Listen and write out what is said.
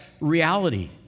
reality